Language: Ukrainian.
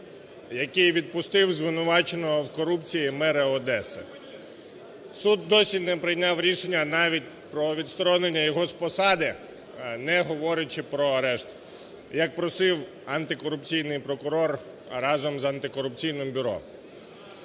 який відпустив звинуваченого у корупції мера Одеси. Суд досі не прийняв рішення навіть про відсторонення його з посади, не говорячи про арешт, як просив антикорупційний прокурор разом з Антикорупційним бюро.